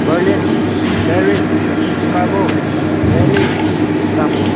Berlin Paris Chicago Delhi Singapore